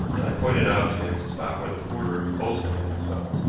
and i pointed out to him the spot where the porter, coulsdon, had been found,